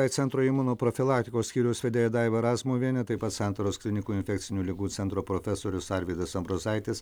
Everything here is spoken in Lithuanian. centro imunoprofilaktikos skyriaus vedėja daiva razmuvienė taip pat santaros klinikų infekcinių ligų centro profesorius arvydas ambrozaitis